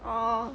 orh